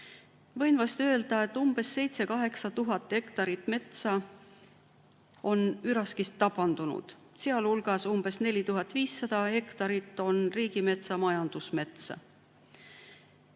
vast öelda, et umbes 7000–8000 hektarit metsa on üraskist tabandunud, sealhulgas umbes 4500 hektarit on riigimetsa majandusmetsa.